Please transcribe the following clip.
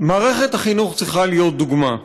מערכת החינוך צריכה להיות דוגמה.